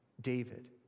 David